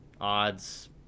odds